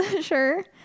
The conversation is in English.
sure